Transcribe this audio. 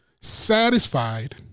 satisfied